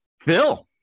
Phil